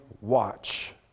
watch